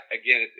again